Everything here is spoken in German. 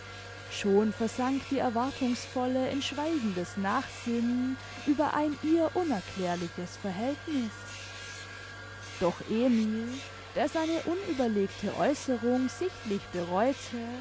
schon versank die erwartungsvolle in schweigendes nachsinnen über ein ihr unerklärliches verhältniß doch emil der seine unüberlegte aeußerung sichtlich bereute